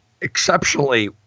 exceptionally